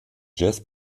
jazz